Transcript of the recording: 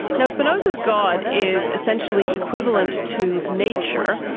now spinoza's god is essentially equivalent to nature,